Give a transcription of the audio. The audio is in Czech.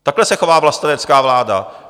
Takhle se chová vlastenecká vláda!